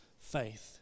faith